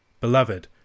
Beloved